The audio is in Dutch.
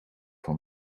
van